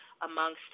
amongst